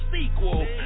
sequel